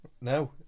No